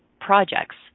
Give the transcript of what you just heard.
projects